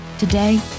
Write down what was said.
Today